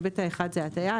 ההיבט האחד זה ההטעיה,